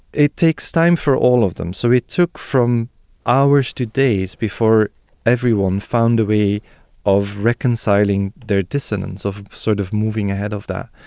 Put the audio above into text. it takes time for all of them. so it took from hours to days before everyone found a way of reconciling their dissonance, of sort of moving ahead of that.